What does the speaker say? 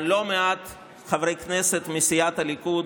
לא מעט חברי כנסת מסיעת הליכוד